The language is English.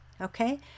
Okay